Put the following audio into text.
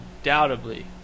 undoubtedly –